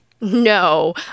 No